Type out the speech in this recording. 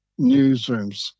newsrooms